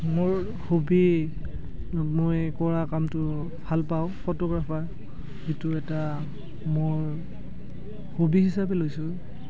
মোৰ হবী মই কৰা কামটো ভাল পাওঁ ফটোগ্ৰাফাৰ যিটো এটা মোৰ হবী হিচাপে লৈছোঁ